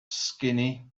skinny